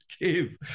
give